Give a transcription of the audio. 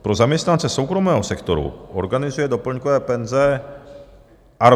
Pro zaměstnance soukromého sektoru organizuje doplňkové penze ARRCO.